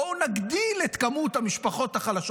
בואו נגדיל את כמות המשפחות החלשות